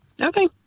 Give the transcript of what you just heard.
Okay